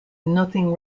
nothing